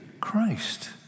Christ